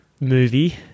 movie